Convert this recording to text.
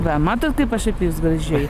va matot kaip aš apie jus gražiai